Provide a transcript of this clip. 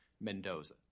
Mendoza